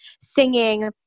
singing